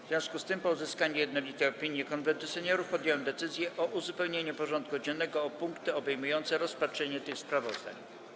W związku z tym, po uzyskaniu jednolitej opinii Konwentu Seniorów, podjąłem decyzję o uzupełnieniu porządku dziennego o punkty obejmujące rozpatrzenie tych sprawozdań.